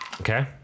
Okay